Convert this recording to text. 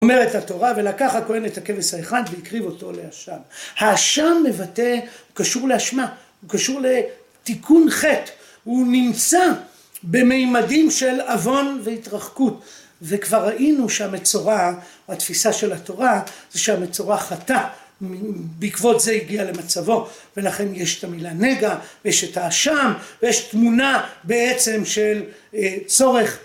אומרת התורה, ולקח הכהן את הכבש האחד והקריב אותו לאשם. האשם מבטא, הוא קשור לאשמה, הוא קשור לתיקון חטא, הוא נמצא במימדים של עוון והתרחקות. וכבר ראינו שהמצורע, התפיסה של התורה זה שהמצורע חטא, בעקבות זה הגיע למצבו, ולכן יש את המילה נגע, ויש את האשם, ויש תמונה בעצם של צורך